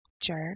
Jerk